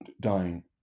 dying